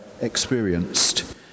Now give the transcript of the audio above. experienced